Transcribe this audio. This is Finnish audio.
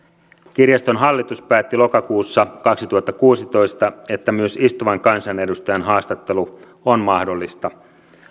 kirjaston hallitus päätti lokakuussa kaksituhattakuusitoista että myös istuvan kansanedustajan haastattelu on mahdollista